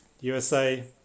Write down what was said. USA